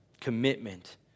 commitment